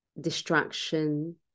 distraction